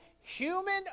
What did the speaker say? human